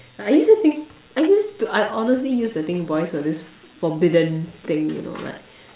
I used to think I used to I honestly used to think boys were this forbidden thing you know like